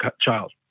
child